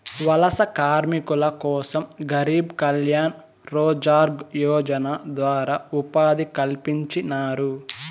వలస కార్మికుల కోసం గరీబ్ కళ్యాణ్ రోజ్గార్ యోజన ద్వారా ఉపాధి కల్పించినారు